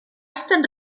estat